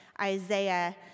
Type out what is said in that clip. Isaiah